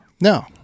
No